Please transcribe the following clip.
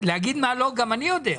להגיד מה לא, גם אני יודע.